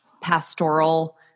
pastoral